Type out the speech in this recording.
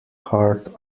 heart